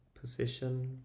position